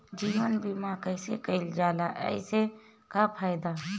जीवन बीमा कैसे कईल जाला एसे का फायदा बा?